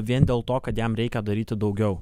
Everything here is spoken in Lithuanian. vien dėl to kad jam reikia daryti daugiau